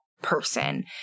person